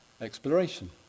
exploration